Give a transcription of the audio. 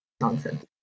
nonsense